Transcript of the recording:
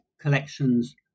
collections